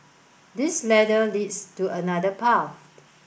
this ladder leads to another path